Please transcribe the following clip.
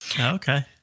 Okay